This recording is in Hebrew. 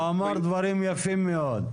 הוא אמר דברים יפים מאוד.